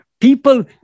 people